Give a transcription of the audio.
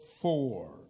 four